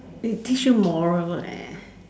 they teach you moral leh